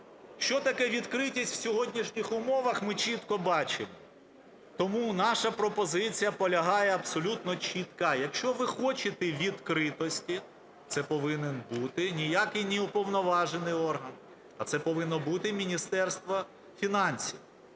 Що таке відкритість в сьогоднішніх умовах, ми чітко бачимо. Тому наша пропозиція полягає… абсолютно чітка: якщо ви хочете відкритості, це повинен бути ніякий не уповноважений орган, а це повинно бути Міністерство фінансів.